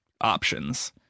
options